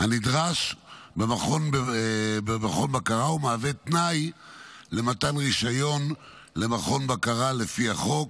הנדרש במכון בקרה ומהווה תנאי למתן רישיון למכון בקרה לפי החוק.